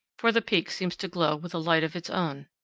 for the peak seems to glow with a light of its own.